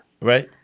Right